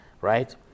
right